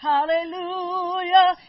Hallelujah